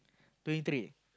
twenty three